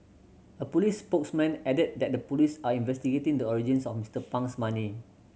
a police spokesman added that the police are investigating the origins of Mister Pang's money